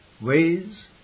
ways